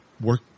work